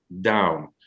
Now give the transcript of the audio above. down